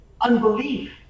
unbelief